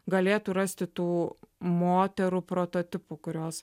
galėtų rasti tų moterų prototipų kurios